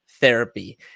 therapy